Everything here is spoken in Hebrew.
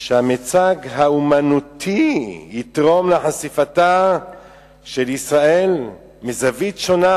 שהמיצג האמנותי יתרום לחשיפתה של ישראל מזווית שונה